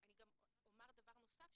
אני גם אומר דבר נוסף,